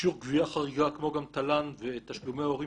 אישור גביה חריגה כמו גם תל"ן ותשלומי הורים